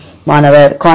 மாணவர் கான்சர்ஃப்